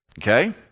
Okay